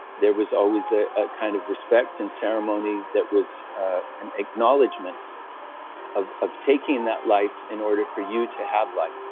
there was always a ah kind of respect and ceremony that was ah an acknowledgment of of taking that life in order for you to have life.